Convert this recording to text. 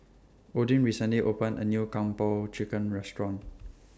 Odin recently opened A New Kung Po Chicken Restaurant